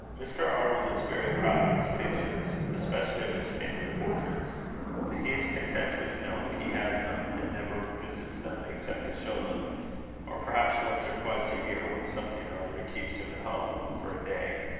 mr. arnold is very proud of his pictures, especially of his family portraits but he is content with knowing he has them, and never visits them except to show them or perhaps once or twice a year, when something or other keeps him at home for a day,